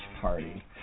Party